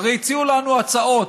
הרי הציעו לנו הצעות,